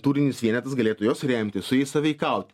tūrinis vienetas galėtų juos remti su jais sąveikaut